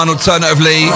Alternatively